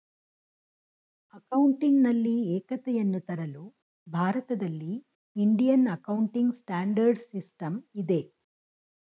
ಅಕೌಂಟಿನಲ್ಲಿ ಏಕತೆಯನ್ನು ತರಲು ಭಾರತದಲ್ಲಿ ಇಂಡಿಯನ್ ಅಕೌಂಟಿಂಗ್ ಸ್ಟ್ಯಾಂಡರ್ಡ್ ಸಿಸ್ಟಮ್ ಇದೆ